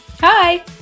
Hi